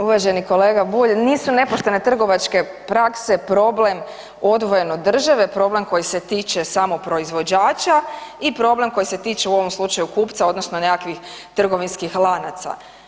Uvaženi kolega Bulj, nisu nepoštene trgovačke prakse probleme odvojen od države, problem koji se tiče samo proizvođača i problem koji se tiče u ovom slučaju kupca odnosno nekakvih trgovinskih lanaca.